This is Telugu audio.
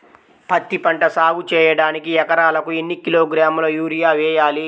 పత్తిపంట సాగు చేయడానికి ఎకరాలకు ఎన్ని కిలోగ్రాముల యూరియా వేయాలి?